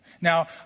Now